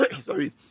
Sorry